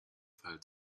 fall